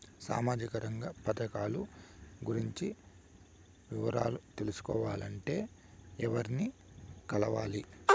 సామాజిక రంగ పథకాలు గురించి వివరాలు తెలుసుకోవాలంటే ఎవర్ని కలవాలి?